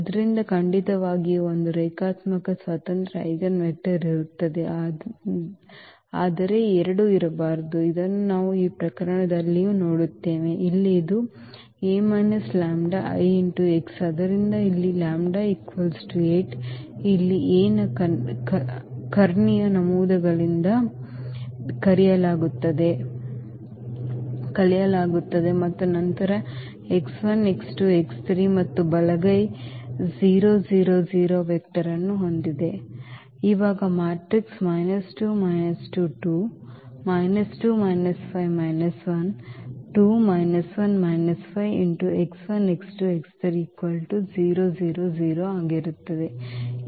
ಆದ್ದರಿಂದ ಖಂಡಿತವಾಗಿಯೂ ಒಂದು ರೇಖಾತ್ಮಕ ಸ್ವತಂತ್ರ ಐಜೆನ್ವೆಕ್ಟರ್ ಇರುತ್ತದೆ ಆದರೆ ಎರಡು ಇರಬಾರದು ಇದನ್ನು ನಾವು ಈ ಪ್ರಕರಣದಲ್ಲಿಯೂ ನೋಡುತ್ತೇವೆ ಇಲ್ಲಿ ಇದು A λI x ಆದ್ದರಿಂದ ಇಲ್ಲಿ λ 8 ಇಲ್ಲಿ A ಯ ಕರ್ಣೀಯ ನಮೂದುಗಳಿಂದ ಕಳೆಯಲಾಗುತ್ತದೆ ಮತ್ತು ನಂತರ ನಾವು ಮತ್ತು ಬಲಗೈ ಈ ವೆಕ್ಟರ್ ಅನ್ನು ಹೊಂದಿದ್ದೇವೆ